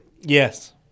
yes